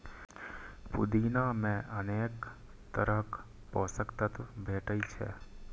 पुदीना मे अनेक तरहक पोषक तत्व भेटै छै